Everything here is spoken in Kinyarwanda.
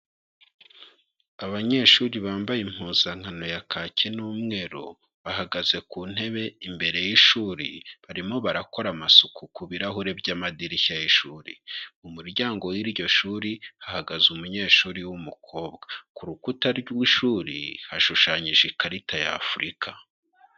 Abanyeshuri bambaye impuzankano ya kake n'umweru bahagaze ku ntebe imbere y'ishuri, barimo barakora amasuku ku birahuri by'amadirishya y'ishuri. Mu muryango w'iryo shuri hahagaze umunyeshuri w'umukobwa. Ku rukuta rw'ishuri hashushanyije ikarita y'Afurika.